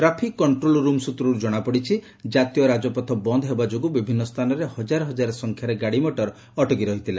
traffic control room ସ୍ନତ୍ରରୁ ଜଣାପଡ଼ିଛି କାତୀୟ ରାଜପଥ ବନ୍ଦ ହେବା ଯୋଗୁଁ ବିଭିନ୍ନ ସ୍ଥାନରେ ହଜାର ହଜାର ସଂଖ୍ୟାରେ ଗାଡ଼ିମୋଟର ଅଟକି ରହିଥିଲା